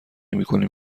میکنیم